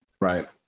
Right